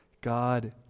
God